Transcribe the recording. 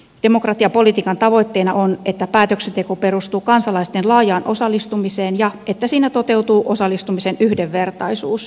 demokratiapolitiikan tavoitteena on että päätöksenteko perustuu kansalaisten laajaan osallistumiseen ja että siinä toteutuu osallistumisen yhdenvertaisuus